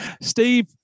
Steve